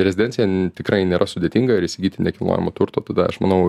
rezidenciją tikrai nėra sudėtinga ir įsigyti nekilnojamo turto tada aš manau